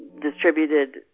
distributed